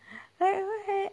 like what